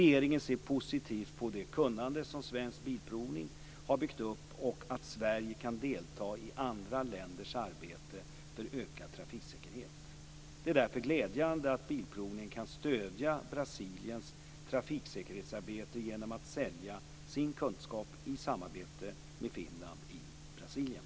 Regeringen ser positivt på det kunnande som Svensk Bilprovning har byggt upp och att Sverige kan delta i andra länders arbete för ökad trafiksäkerhet. Det är därför glädjande att Bilprovningen kan stödja Brasiliens trafiksäkerhetsarbete genom att sälja sin kunskap i ett samarbete med Finland i Brasilien.